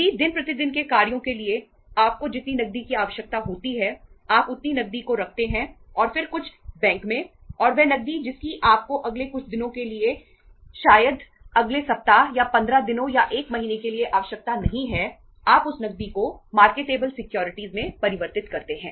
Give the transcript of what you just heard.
यदि दिन प्रतिदिन के कार्यों के लिए आपको जितनी नकदी की आवश्यकता होती है आप उतनी नकदी को रखते हैं और फिर कुछ बैंक में और वह नकदी जिसकी आपको अगले कुछ दिनों के लिए या शायद अगले सप्ताह या 15 दिनों या 1 महीने के लिए आवश्यकता नहीं है आप उस नकदी को मार्केटेबल सिक्योरिटीज में परिवर्तित करते हैं